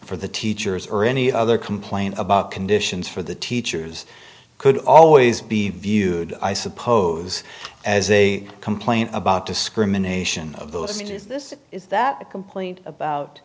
for the teachers or any other complaint about conditions for the teachers could always be viewed i suppose as a complaint about discrimination of the city is this is that a complaint about